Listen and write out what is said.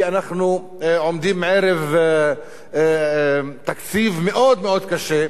כי אנחנו עומדים ערב תקציב מאוד מאוד קשה.